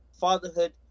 Fatherhood